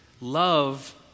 Love